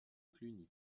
cluny